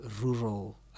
rural